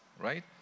right